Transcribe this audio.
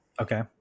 Okay